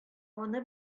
аны